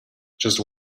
just